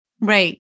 Right